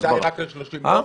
אז ההצעה היא רק ל-30 יום?